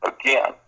again